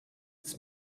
it’s